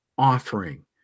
offering